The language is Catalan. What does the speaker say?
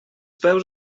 peus